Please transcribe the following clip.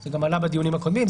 זה גם עלה בדיונים הקודמים.